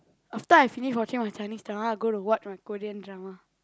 after I finish watching my Chinese drama I am going to watch my Korean drama